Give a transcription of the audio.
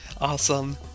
awesome